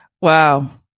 Wow